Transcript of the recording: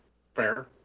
Fair